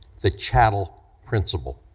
the chattel principle,